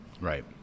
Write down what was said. Right